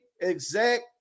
exact